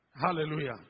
Hallelujah